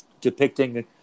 depicting